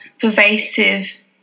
pervasive